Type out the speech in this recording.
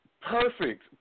Perfect